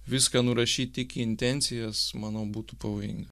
viską nurašyti tik į intencijas manau būtų pavojinga